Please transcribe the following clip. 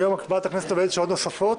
היום ועדת הכנסת עובדת שעות נוספות.